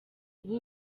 ubu